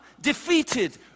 defeated